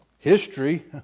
history